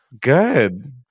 Good